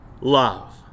Love